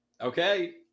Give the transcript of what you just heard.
Okay